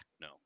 no